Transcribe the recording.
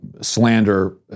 slander